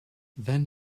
then